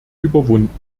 überwunden